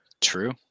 True